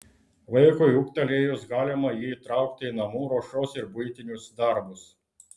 vaikui ūgtelėjus galima jį įtraukti į namų ruošos ir buitinius darbus